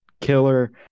killer